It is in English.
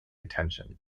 attention